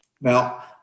Now